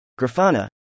Grafana